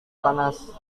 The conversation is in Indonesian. panas